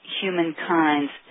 humankind's